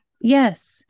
yes